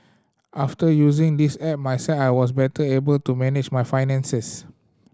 after using this app myself I was better able to manage my finances